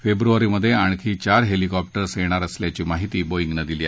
फेब्रुवारीमधे आणखी चार हेलिकॉप्टर्स येणार असल्याची माहिती बोईगनं दिली